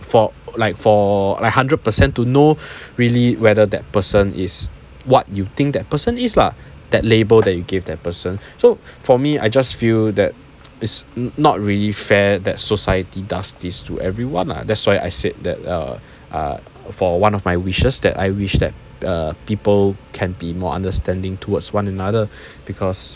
for like for like hundred percent to know really whether that person is what you think that person is lah that label that you gave that person so for me I just feel that it's not really fair that society does this to everyone lah that's why I said that err ah for one of my wishes that I wish that err people can be more understanding towards one another because